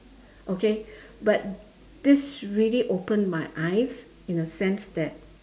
okay but this really opened my eyes in a sense that